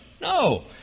No